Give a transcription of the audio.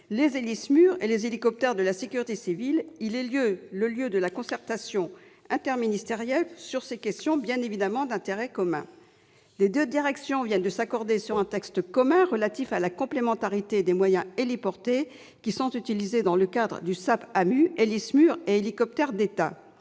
les Héli-SMUR et les hélicoptères de la sécurité civile. Cette structure est le lieu de concertation interministérielle sur ces questions d'intérêt commun. Les deux directions viennent de s'accorder sur un texte conjoint relatif à la complémentarité des moyens héliportés qui sont utilisés dans le cadre du SAP-AMU, Héli-SMUR et hélicoptères d'État.